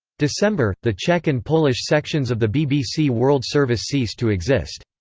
december the czech and polish sections of the bbc world service cease to exist.